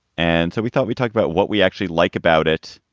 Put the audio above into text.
and so we thought we talked about what we actually like about it.